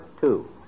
two